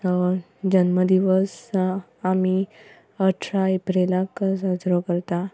जन्म दिवस आमी अठरा एप्रीलाक साजरो करता